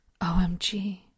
OMG